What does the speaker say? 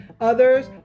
Others